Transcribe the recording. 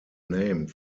named